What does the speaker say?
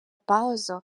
паузу